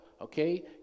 okay